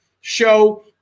show